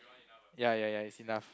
ya ya ya it's enough